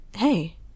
Hey